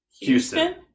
Houston